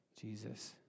Jesus